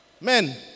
Men